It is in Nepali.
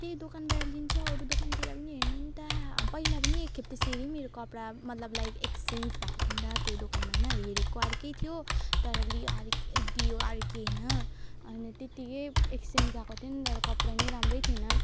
त्यही दोकानबाट लिन्छ अरू दोकानतिर पनि हेर्नु नि त पहिला पनि एकखेप त्यसरी मेरो कपडा मतलब लाइक एक्सचेन्ज भएको थियो नि त त्यही दोकानमा हैन हेरेको अर्कै थियो तर लियो अर्क दियो अर्कै हैन अनि त्यतिकै एक्सचेन्ज भएको थियो नि त कपडा नि राम्रै थिएन